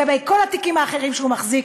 לגבי כל התיקים האחרים שהוא מחזיק.